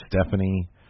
Stephanie